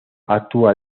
actúa